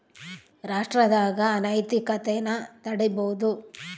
ರಾಷ್ಟ್ರದಾಗ ಅನೈತಿಕತೆನ ತಡೀಬೋದು